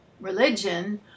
religion